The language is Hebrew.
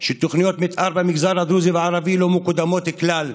שתוכניות מתאר במגזר הדרוזי והערבי לא מקודמות כלל,